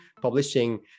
publishing